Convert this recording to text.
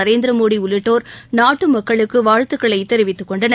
நரேந்திர மோடி உள்ளிட்டோர் நாட்டு மக்களுக்கு வாழ்த்துக்களை தெரிவித்துக் கொண்டனர்